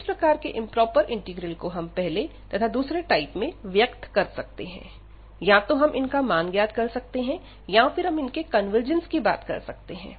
इस प्रकार के इंप्रोपर इंटीग्रल को हम पहले तथा दूसरे टाइप में व्यक्त कर सकते हैं या तो हम इनका मान ज्ञात कर सकते हैं या फिर हम इनके कन्वर्जेंस की बात कर सकते हैं